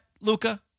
Luca